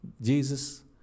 Jesus